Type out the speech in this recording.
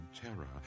terror